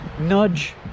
nudge